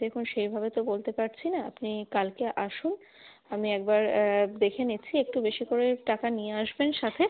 দেখুন সেইভাবে তো বলতে পারছি না আপনি কালকে আসুন আমি একবার দেখে নিচ্ছি একটু বেশি করে টাকা নিয়ে আসবেন সাথে